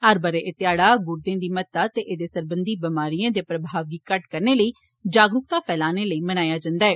हर बरे एह ध्याड़ा गुर्दे दी महत्ता ते एदे सरबंधी बमारिएं दे प्रभाव गी घट्ट करने लेई जागरुकता फैलाने लेई कीता जन्दा ऐ